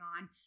on